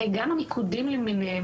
הרי גם המיקודים למיניהם,